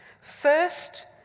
First